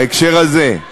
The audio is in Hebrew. בהקשר הזה.